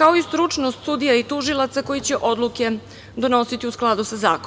kao i stručnost sudija i tužilaca koji će odluke donositi u skladu sa